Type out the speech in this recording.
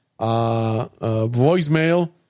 voicemail